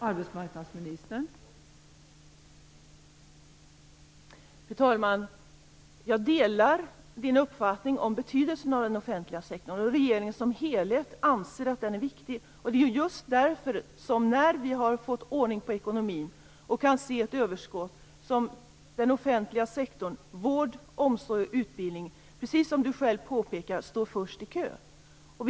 Fru talman! Jag delar Marianne Samuelssons uppfattning om betydelsen av den offentliga sektorn. Regeringen som helhet anser också att den är viktig. Det är just därför som den offentliga sektorn - vård, omsorg och utbildning - precis som hon själv påpekar står först i kön när vi har fått ordning på ekonomin och kan se ett överskott.